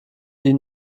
ihnen